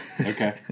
Okay